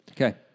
Okay